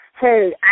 hey